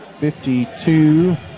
52